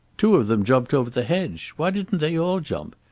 two of them jumped over the hedge. why didn't they all jump?